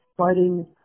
Fighting